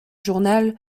journal